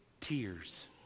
tears